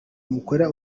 mukora